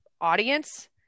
audience